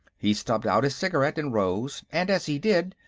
he stubbed out his cigarette and rose, and as he did,